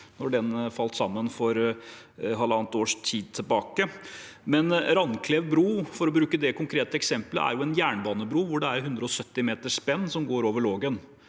da den falt sammen for halvannet år siden. Randklev bru, for å bruke det konkrete eksempelet, er en jernbanebro hvor det er 170 meter spenn som går over Lågen.